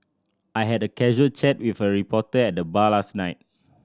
I had a casual chat with a reporter at the bar last night